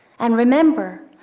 and remember,